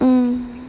mm